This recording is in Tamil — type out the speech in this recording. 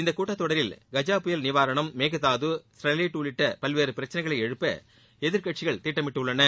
இந்த கூட்டத்தொடரில் கஜ புயல் நிவாரணம் மேகதாது ஸ்டெர்லைட் உள்ளிட்ட பல்வேறு பிரச்சினைகளை எழுப்ப எதிர்கட்சிகள் திட்டமிட்டுள்ளன